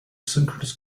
synchronous